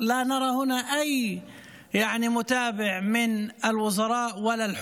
אנו לא רואים כאן אף אחד שעוקב מהשרים ומהממשלה,